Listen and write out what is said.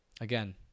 again